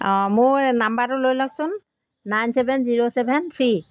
অ' মোৰ নম্বৰটো লৈ লওকচোন nine seven zero seven three